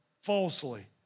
falsely